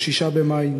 6 במאי,